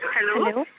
Hello